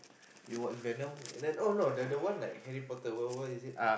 we watched Venom and then oh no the the one like Harry-Potter what what is it